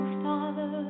Father